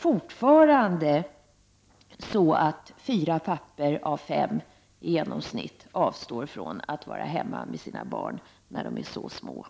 Fortfarande avstår i genomsnitt fyra av fem pappor från att vara hemma med sina barn när de är så små.